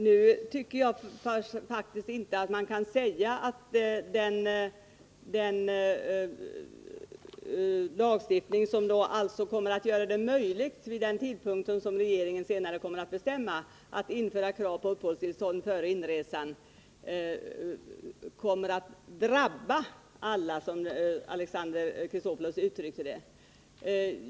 Jag tycker faktiskt inte att man kan säga att den lagstiftning som kommer att göra det möjligt, vid den tidpunkt regeringen senare kommer att bestämma, att införa krav på uppehållstillstånd före inresan drabbar alla, som Alexander Chrisopoulos uttryckte det.